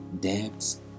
debts